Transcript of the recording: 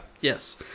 yes